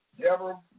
Deborah